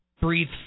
breathe